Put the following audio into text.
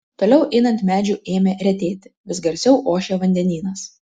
toliau einant medžių ėmė retėti vis garsiau ošė vandenynas